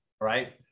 Right